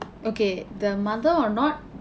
okay the mother or not